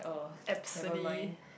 absolutely